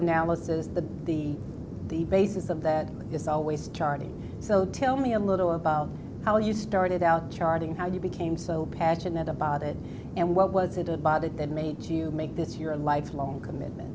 analysis the the the basis of that is always charting so tell me a little about how you started out charting how you became so passionate about it and what was it by that that made you make this your lifelong commitment